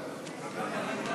בסדר-היום.